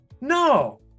No